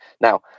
Now